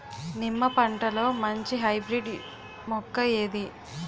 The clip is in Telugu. నిమ్మ పంటలో మంచి హైబ్రిడ్ మొక్క ఏది?